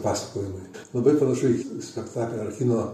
pasakojimai labai panašu į spektaklį ar kino